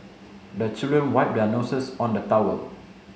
the children wipe their noses on the towel